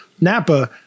Napa